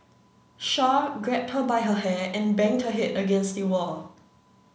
Char grabbed her by her hair and banged her head against the wall